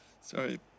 Sorry